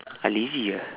I lazy ah